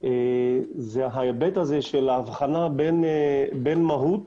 ההיבט הזה של ההבחנה בין מהות